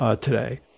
today